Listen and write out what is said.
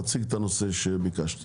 תציג את הנושא שביקשת.